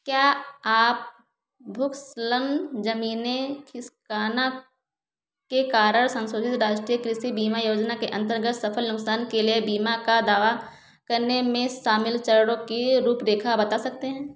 क्या आप भूस्खलन जमीने खिसकाना के कारण संशोधित राष्ट्रीय कृषि बीमा योजना के अंतर्गत फसल नुकसान के लिए बीमा का दावा करने में शामिल चरणों की रूपरेखा बता सकते हैं